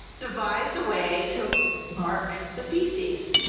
devised a way to mark the feces.